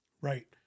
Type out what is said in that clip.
Right